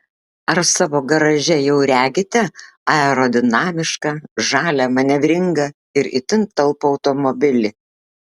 ar savo garaže jau regite aerodinamišką žalią manevringą ir itin talpų automobilį